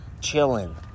Chilling